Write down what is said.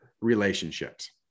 relationships